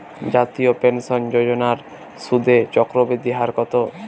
জাতীয় পেনশন যোজনার সুদের চক্রবৃদ্ধি হার কত?